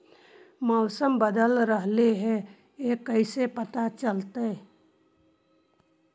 मौसम बदल रहले हे इ कैसे पता चलतै?